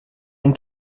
ein